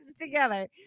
together